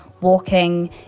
walking